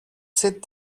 sit